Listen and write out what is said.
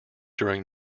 during